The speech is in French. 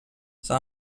son